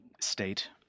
state